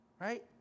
right